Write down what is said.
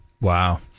Wow